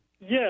Yes